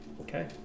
okay